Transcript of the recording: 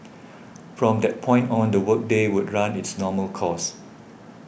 from that point on the work day would run its normal course